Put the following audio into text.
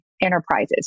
enterprises